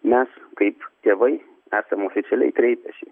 mes kaip tėvai esam oficialiai kreipęsi